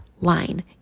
line